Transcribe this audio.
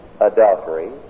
adultery